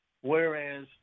whereas